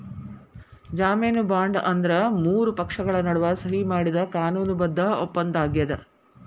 ಜಾಮೇನು ಬಾಂಡ್ ಅಂದ್ರ ಮೂರು ಪಕ್ಷಗಳ ನಡುವ ಸಹಿ ಮಾಡಿದ ಕಾನೂನು ಬದ್ಧ ಒಪ್ಪಂದಾಗ್ಯದ